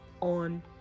on